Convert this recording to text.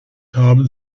haben